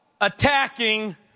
attacking